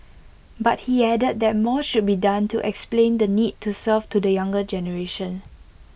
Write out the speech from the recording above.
but he added that more should be done to explain the need to serve to the younger generation